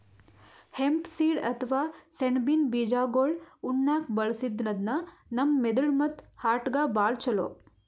hemp seed ಅಥವಾ ಸೆಣಬಿನ್ ಬೀಜಾಗೋಳ್ ಉಣ್ಣಾಕ್ಕ್ ಬಳಸದ್ರಿನ್ದ ನಮ್ ಮೆದಳ್ ಮತ್ತ್ ಹಾರ್ಟ್ಗಾ ಭಾಳ್ ಛಲೋ